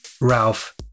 Ralph